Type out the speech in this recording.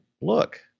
look